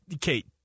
Kate